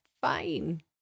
fine